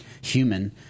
human